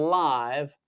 live